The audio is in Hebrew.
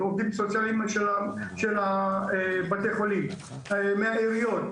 עובדים סוציאליים של בתי החולים ושל העיריות.